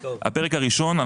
הראשון,